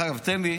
דרך אגב,